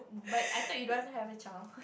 but I thought you don't want to have a child